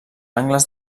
angles